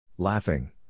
Laughing